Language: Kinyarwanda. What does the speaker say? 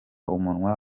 umunwa